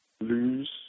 lose